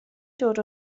ddod